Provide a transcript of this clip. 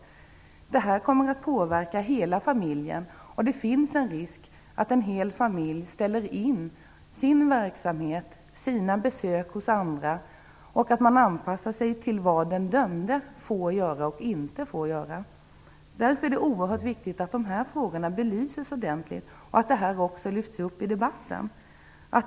Det här kommer att påverka hela familjen, och det finns en risk för att en hel familj ställer in sin verksamhet, sina besök hos andra och anpassar sig till vad den dömde får göra och inte får göra. Därför är det oerhört viktigt att de här frågorna belyses ordentligt och att det också lyfts upp i debatten.